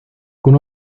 con